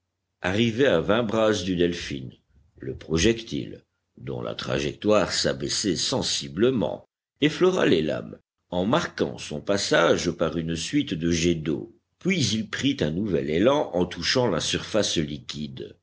arrivé à vingt brasses du delphin le projectile dont la trajectoire s'abaissait sensiblement effleura les lames en marquant son passage par une suite de jets d'eau puis il prit un nouvel élan en touchant la surface liquide